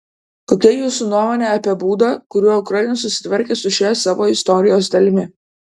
kokia jūsų nuomonė apie būdą kuriuo ukraina susitvarkė su šia savo istorijos dalimi